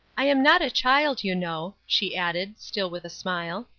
i am not a child you know, she added, still with a smile.